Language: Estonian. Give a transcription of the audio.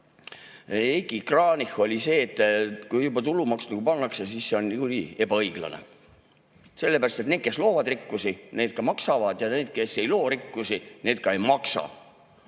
Heiki Kranich, oli see, et kui juba tulumaks pannakse, siis see on nii ebaõiglane. Sellepärast et need, kes loovad rikkusi, need maksavad seda, ja need, kes ei loo rikkusi, need ei maksa.